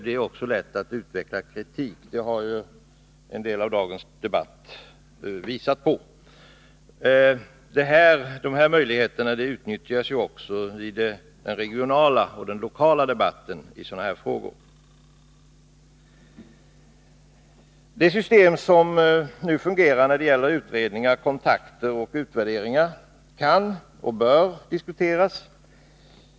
Det är också lätt att framföra kritik, och det har en del av dagens debatt visat. De här möjligheterna utnyttjas också i den regionala och lokala debatten i sådana här frågor. Det system som nu fungerar när det gäller utredningar, kontakter och utvärderingar kan och bör diskuteras.